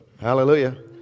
Hallelujah